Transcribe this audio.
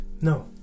No